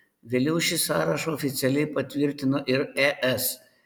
vėliau šį sąrašą oficialiai patvirtino ir es